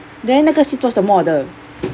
then 那个是做什么的